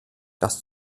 das